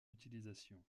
utilisation